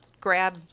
grab